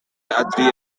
adrien